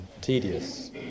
tedious